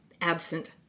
absent